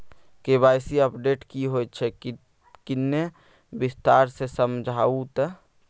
KYC update की होय छै किन्ने विस्तार से समझाऊ ते?